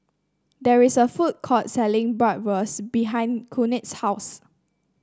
there is a food court selling Bratwurst behind Knute's house